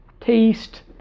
taste